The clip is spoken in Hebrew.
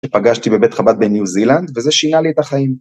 פגשתי בבית חב"ד בניו זילנד וזה שינה לי את החיים.